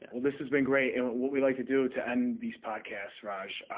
well this has been great. and what we like to do to end these podcasts, raj,